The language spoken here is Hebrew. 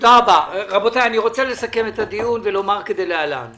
הם מקבלים אוטומטית אישור ניהול תקין